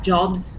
Jobs